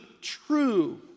true